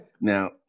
Now